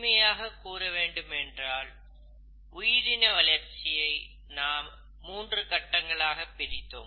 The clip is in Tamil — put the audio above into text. எளிமையாகக் கூற வேண்டும் என்றால் உயிரின வளர்ச்சியை நாம் மூன்று கட்டங்களாக பிரித்தோம்